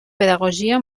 pedagogia